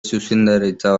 zuzendaritza